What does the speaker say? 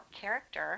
character